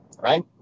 right